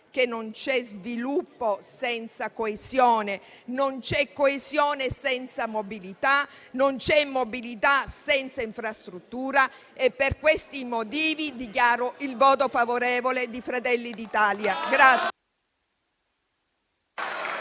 che non c'è sviluppo senza coesione, non c'è coesione senza mobilità, non c'è mobilità senza infrastruttura. Per questi motivi, dichiaro il voto favorevole di Fratelli d'Italia.